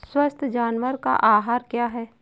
स्वस्थ जानवर का आहार क्या है?